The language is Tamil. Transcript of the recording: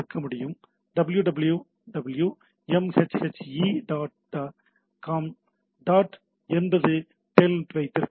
www mhhe dot com dot 80 telnet வைத்திருக்க முடியும்